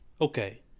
okay